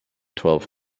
twelve